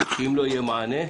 אם לא יהיה מענה,